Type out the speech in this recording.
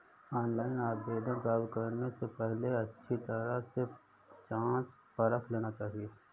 online आवेदन प्राप्त करने से पहले अच्छी तरह से जांच परख लेना चाहिए